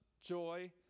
joy